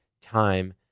time